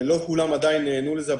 לא כולם עדיין נענו לזה,